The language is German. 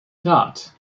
rat